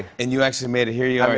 and you actually made it. here you are.